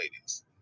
ladies